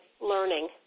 learning